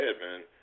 man